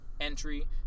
entry